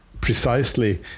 precisely